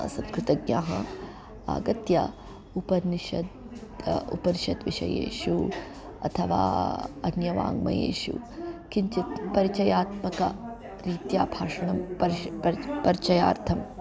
संस्कृतज्ञाः आगत्य उपनिषत् उपनिषत् विषयेषु अथवा अन्यवाङ्मयेषु किञ्चित् परिचयात्मकरीत्या भाषणं परिषत् पर् परिचयार्थं